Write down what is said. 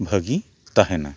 ᱵᱷᱟᱹᱜᱤ ᱛᱟᱦᱮᱱᱟ